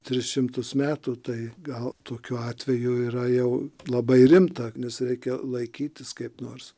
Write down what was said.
tris šimtus metų tai gal tokiu atveju yra jau labai rimta nes reikia laikytis kaip nors